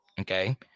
Okay